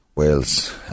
Wales